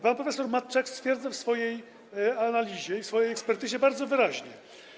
Pan prof. Matczak stwierdza w swojej analizie i swojej ekspertyzie bardzo wyraźnie: